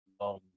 long